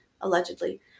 allegedly